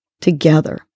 together